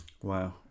Wow